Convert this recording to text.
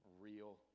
real